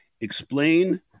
Explain